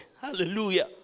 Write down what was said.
hallelujah